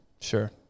Sure